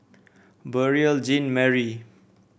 Beurel Jean Marie